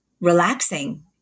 relaxing